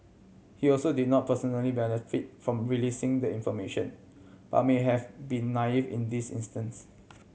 he also did not personally benefit from releasing the information but may have been naive in this instance